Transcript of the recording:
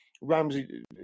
Ramsey